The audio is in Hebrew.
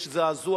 יש זעזוע.